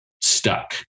stuck